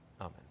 amen